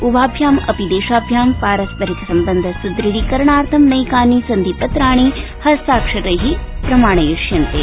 उभाभ्यामपि देशाभ्यां पारस्परिक संबन्ध स्दृढीकरणार्थ नैकानि सन्धिपत्राणि हस्ताक्षरै प्रमाणयिष्यन्ते